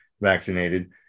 vaccinated